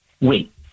Wait